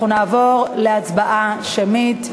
נעבור להצבעה שמית.